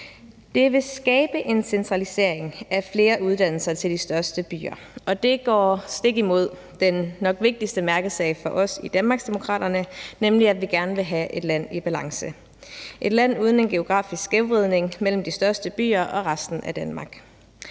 Det vil skabe en centralisering af flere uddannelser i de største byer, og det går stik imod den nok vigtigste mærkesag for os i Danmarksdemokraterne, nemlig at vi gerne vil have et land i balance, et land uden en geografisk skævvridning mellem de største byer og resten af Danmark.